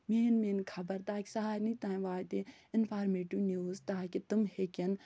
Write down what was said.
main مین خبر تاکہِ سارنی تام واتہِ اِنفارمیٹِو نِوٕز تاکہِ تِم ہٮ۪کن